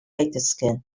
daitezke